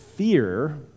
Fear